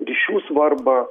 ryšių svarbą